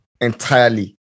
entirely